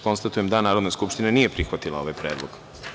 Konstatujem da Narodna skupština nije prihvatila predlog.